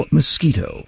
Mosquito